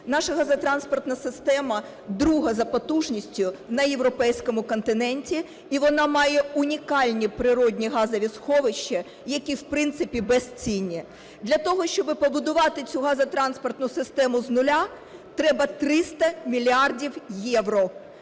Наша газотранспортна система друга за потужністю на європейському континенті і вона має унікальні природні газові сховища, які, в принципі, безцінні. Для того, щоб побудувати цю газотранспортну систему з нуля, треба 300 мільярдів євро,